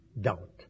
doubt